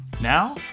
Now